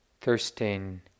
thirsting